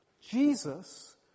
Jesus